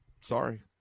Sorry